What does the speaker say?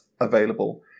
available